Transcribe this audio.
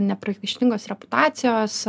nepriekaištingos reputacijos